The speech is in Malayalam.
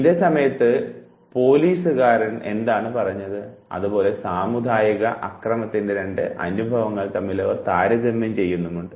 ഇതു സമയത്താണ് പോലീസുകാർ എന്താണ് പറഞ്ഞത് അതുപോലെ സാമുദായിക അക്രമത്തിൻറെ രണ്ട് അനുഭവങ്ങൾ തമ്മിൽ അവർ താരതമ്യം ചെയ്യുന്നുമുണ്ട്